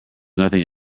nothing